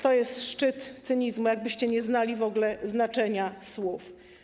To jest szczyt cynizmu, jakbyście nie znali w ogóle znaczenia słów.